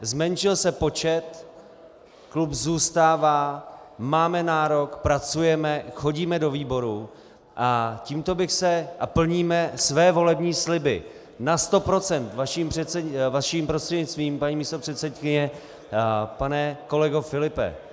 Zmenšil se počet, klub zůstává, máme nárok, pracujeme, chodíme do výborů a plníme své volební sliby na sto procent, vaším prostřednictvím, paní místopředsedkyně, pane kolego Filipe.